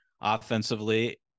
offensively